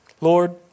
Lord